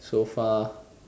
so far